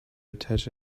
attach